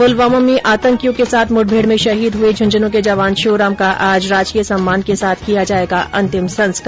पुलवामा में आतंकियों के साथ मुठभेड में शहीद हुए झुंझुनूं के जवान श्योराम का आज राजकीय सम्मान के साथ किया जायेगा अंतिम संस्कार